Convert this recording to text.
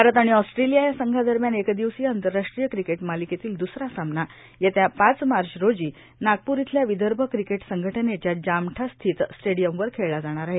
भारत आणि आस्ट्रेलिया या संघादरम्यान एकदिवसीय आंतरराष्ट्रीय क्रिकेट मालिकेतील दुसरा सामना येत्या पाच मार्च रोजी नागपूर इथल्या विदर्भ क्रिकेट संघटनेच्या जामठा स्थित स्टेडियमवर खेळला जाणार आहे